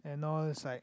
and all is like